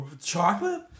chocolate